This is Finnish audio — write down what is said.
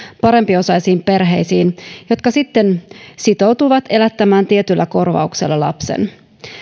parempiosaisiin perheisiin jotka sitten sitoutuivat elättämään tietyllä korvauksella lapsen